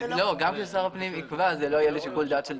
גם ששר הפנים יקבע, זה לא יהיה בשיקול דעת.